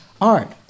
art